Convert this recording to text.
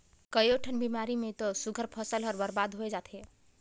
कयोठन बेमारी मे तो सुग्घर फसल हर बरबाद होय जाथे